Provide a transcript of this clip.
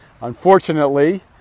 unfortunately